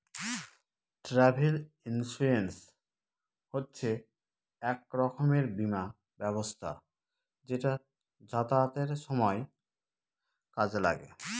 travel insurance হচ্ছে এক রকমের বীমা ব্যবস্থা যেটা যাতায়াতের সময় কাজে লাগে